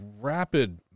rapid